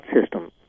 system